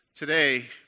Today